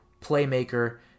playmaker